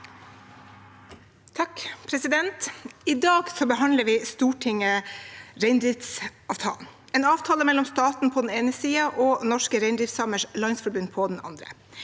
I dag behandler Stortinget reindriftsavtalen, en avtale mellom staten på den ene siden og Norske Reindriftsamers Landsforbund på den andre.